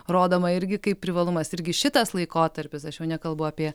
rodoma irgi kaip privalumas irgi šitas laikotarpis aš jau nekalbu apie